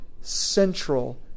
central